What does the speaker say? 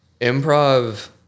Improv